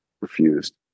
refused